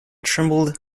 trembled